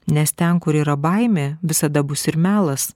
nes ten kur yra baimė visada bus ir melas